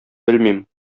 белмим